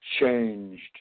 changed